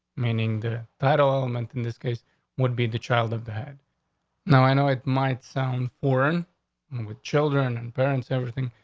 meaning the title element in this case would be the child of the head. no, i know it might sound foreign with children and parents everything,